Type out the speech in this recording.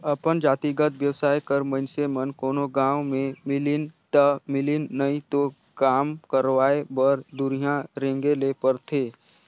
अपन जातिगत बेवसाय करत मइनसे मन कोनो गाँव में मिलिन ता मिलिन नई तो काम करवाय बर दुरिहां रेंगें ले परथे